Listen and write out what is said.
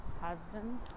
husband